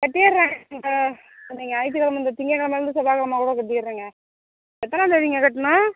கட்டிடுறேங்க இந்த ஞாயிற்றுக் கெழம இந்த திங்கள் கெழமைலேந்து செவ்வாய் கெழமக் குள்ளே கட்டிடுறேங்க எத்தனாந்தேதிங்க கட்டணும்